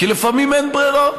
כי לפעמים אין ברירה.